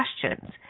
questions